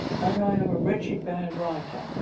as i am a wretched bad writer,